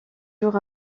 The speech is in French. jours